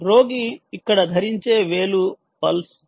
రోగి ఇక్కడ ధరించే వేలు పల్స్ ఇది